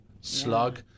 slug